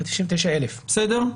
בסדר?